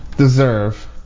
deserve